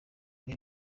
rwo